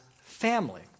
family